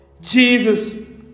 Jesus